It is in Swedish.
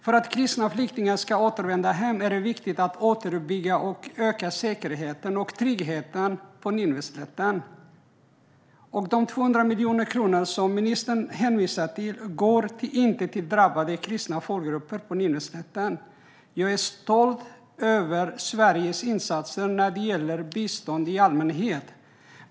För att kristna flyktingar ska kunna återvända hem är det viktigt att återuppbygga och öka säkerheten och tryggheten på Nineveslätten. De 200 miljoner kronor som ministern hänvisar till går inte till drabbade kristna folkgrupper på Nineveslätten. Jag är stolt över Sveriges insatser när det gäller bistånd i allmänhet.